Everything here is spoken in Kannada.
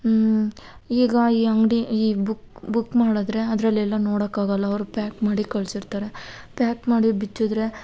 ಈಗ ಈ ಅಂಗಡಿ ಈ ಬುಕ್ ಬುಕ್ ಮಾಡಿದ್ರೆ ಅದರಲ್ಲೆಲ್ಲ ನೋಡಕ್ಕಾಗಲ್ಲ ಅವರು ಪ್ಯಾಕ್ ಮಾಡಿ ಕಳ್ಸಿರ್ತಾರೆ ಪ್ಯಾಕ್ ಮಾಡಿದ್ದು ಬಿಚ್ಚಿದರೆ